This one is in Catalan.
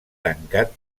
tancat